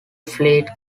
fleet